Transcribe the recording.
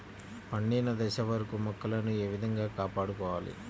పండిన దశ వరకు మొక్కలను ఏ విధంగా కాపాడుకోవాలి?